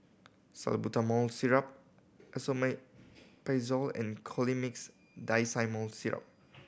Salbutamol Syrup Esomeprazole and Colimix Dicyclomine Syrup